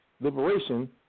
liberation